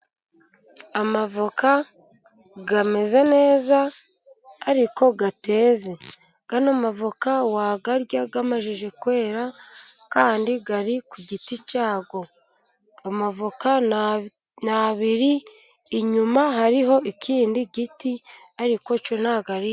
Amavoka ameze neza ariko ateze. Ano mavoka wayarya amajije kwera kandi ari ku giti cyayo. Amavoka ni abiri, inyuma hariho ikindi giti ariko cyo nta bwo ari...